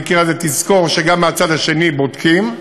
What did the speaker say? במקרה הזה תזכור שגם מהצד האחר בודקים,